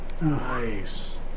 Nice